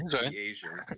Asian